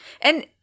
And-